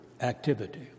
activity